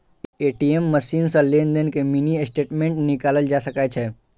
ATM machine सं लेनदेन के मिनी स्टेटमेंट निकालल जा सकै छै